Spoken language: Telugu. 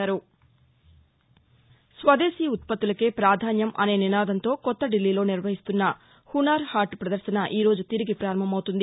స్వదేశీ ఉత్పత్తులకే పాధాన్యం అనే నినాదంతో కొత్త దిల్లీలో నిర్వహిస్తున్న హునార్ హాట్ ప్రదర్శన ఈరోజు తిరిగి ప్రారంభమవుతుంది